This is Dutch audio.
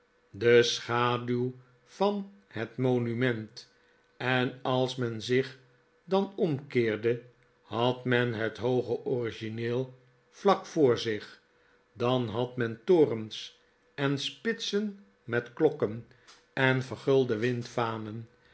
de schaduw van het monument en als men zich dan omkeerde had men het hooge origineel vlak voor zich dan had men torens en spitsen met klokken en vergulde windvanen en masten van